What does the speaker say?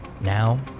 Now